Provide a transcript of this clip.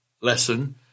lesson